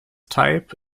type